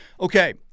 Okay